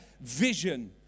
vision